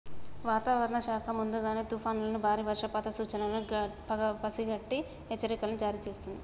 వాతావరణ శాఖ ముందుగానే తుఫానులను బారి వర్షపాత సూచనలను పసిగట్టి హెచ్చరికలను జారీ చేస్తుంది